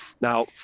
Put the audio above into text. now